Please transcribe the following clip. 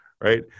right